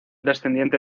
descendiente